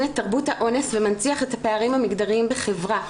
את תרבות האונס ומנציח את הפערים המגדריים בחברה.